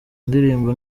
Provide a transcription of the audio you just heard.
ndirimbo